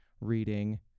reading